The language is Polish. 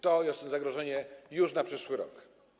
To jest zagrożenie już na przyszły rok.